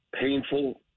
painful